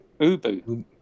Ubu